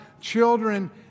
children